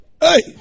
Hey